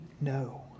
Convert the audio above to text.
no